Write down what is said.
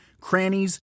crannies